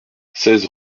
seize